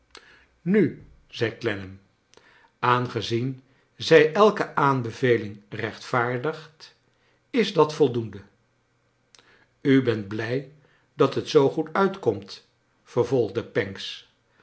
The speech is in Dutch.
nu zei clennam aangezien zij elke aanbeveling rechtvaardigt is dat voldoende u bent blij dat het zoo goed uitkomt vervolgde pancks